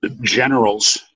generals